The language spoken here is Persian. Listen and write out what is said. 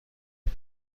کند